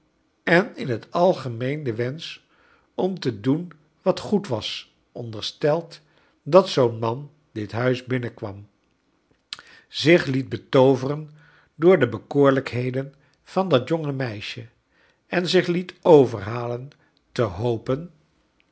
en in het a gemeen den wensoh om te doen wat goed was onderstelt dat zoo'n man dit huis birmenkwam zich liet betooveren door de bekoorlijkheden van dat jonge meisje en zich liet overhalen te hopen